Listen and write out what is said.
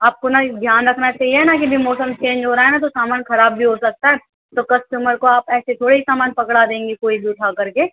آپ کو نہ دھیان رکھنا چاہیے نہ کہ جو موسم چینج ہو رہا ہے نا تو موسم تو سامان خراب بھی ہو سکتا ہے تو کسٹمر کو آپ ایسے تھوڑے ہی سامان پکڑا دیں گے کوئی بھی اٹھا کر کے